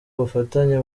ubufatanye